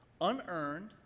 Unearned